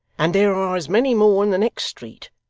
and there are as many more in the next street,